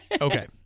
Okay